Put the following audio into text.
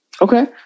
Okay